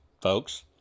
folks